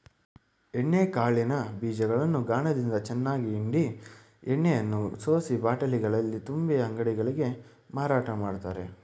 ಎಣ್ಣೆ ಕಾಳಿನ ಬೀಜಗಳನ್ನು ಗಾಣದಿಂದ ಚೆನ್ನಾಗಿ ಹಿಂಡಿ ಎಣ್ಣೆಯನ್ನು ಸೋಸಿ ಬಾಟಲಿಗಳಲ್ಲಿ ತುಂಬಿ ಅಂಗಡಿಗಳಿಗೆ ಮಾರಾಟ ಮಾಡ್ತರೆ